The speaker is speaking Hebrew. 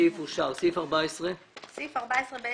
הצבעה בעד,